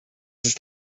ist